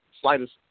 slightest